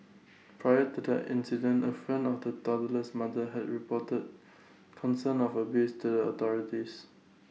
prior to the incident A friend of the toddler's mother had reported concerns of abuse to the authorities